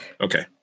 Okay